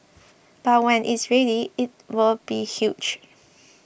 but when it's ready it'll be huge